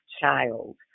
child